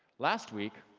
last week,